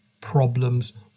problems